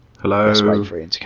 Hello